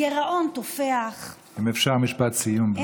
הגירעון תופח, אם אפשר משפט סיום, בבקשה.